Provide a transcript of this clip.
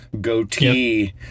goatee